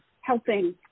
helping